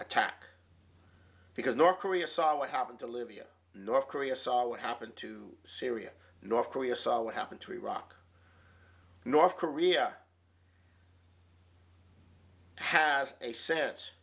attack because north korea saw what happened to libya north korea saw what happened to syria north korea saw what happened to iraq north korea has a sense